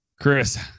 Chris